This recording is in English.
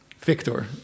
Victor